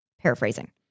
Paraphrasing